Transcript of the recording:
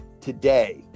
today